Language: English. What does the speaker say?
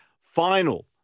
final